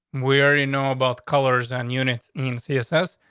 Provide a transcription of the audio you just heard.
we already know about colors and units in css.